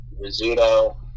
Rizzuto